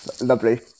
Lovely